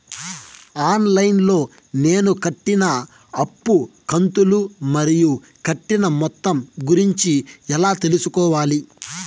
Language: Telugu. ఆన్ లైను లో నేను కట్టిన అప్పు కంతులు మరియు కట్టిన మొత్తం గురించి ఎలా తెలుసుకోవాలి?